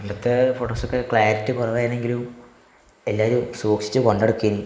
പണ്ടത്തെ ഫോട്ടോസൊക്കെ ക്ളാരിറ്റി കുറവായിരുന്നെങ്കിലും എല്ലാവരും സൂക്ഷിച്ച് കൊണ്ടു നടക്കേന്